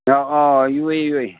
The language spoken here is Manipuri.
ꯑꯥ ꯑꯥ ꯌꯣꯛꯏ ꯌꯣꯛꯏ